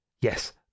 Yes